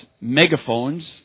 megaphones